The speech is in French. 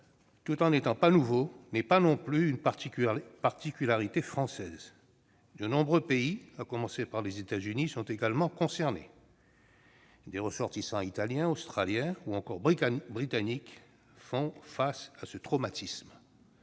qui n'est pas nouveau, ne constitue pas non plus une particularité française. De nombreux pays, à commencer par les États-Unis, y sont également confrontés. Des ressortissants italiens, australiens, ou encore britanniques font face à ce traumatisme.